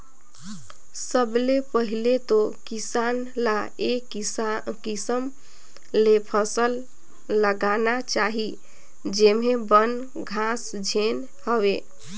सबले पहिले तो किसान ल ए किसम ले फसल लगाना चाही जेम्हे बन, घास झेन होवे